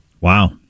Wow